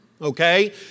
Okay